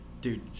dude